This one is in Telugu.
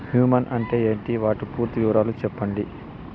హ్యూమస్ అంటే ఏంటి? వాటి పూర్తి వివరాలు సెప్పండి?